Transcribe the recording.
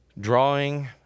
drawing